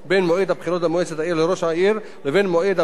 העיר ולראש העיר לבין מועד הבחירות לוועדה החקלאית.